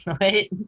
Right